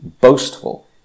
boastful